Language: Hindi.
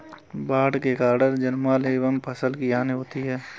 बाढ़ के कारण जानमाल एवं फसल की हानि होती है